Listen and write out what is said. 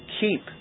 keep